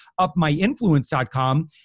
upmyinfluence.com